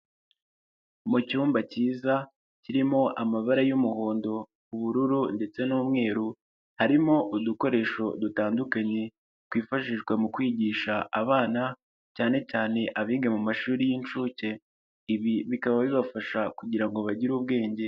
Mu cyumba kiza kirimo amabara y'umuhondo, ubururu ndetse n'umweru, harimo udukoresho dutandukanye twifashishwa mu kwigisha abana, cyane cyane abiga mu mashuri y'inshuke, ibi bikaba bibafasha kugira ngo bagire ubwenge.